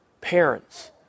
parents